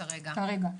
כרגע.